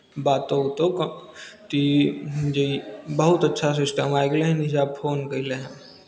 बात उतो तऽ ई जे ई बहुत अच्छा सिस्टम आइ गेलै हन ई जे फोनके अयलै हन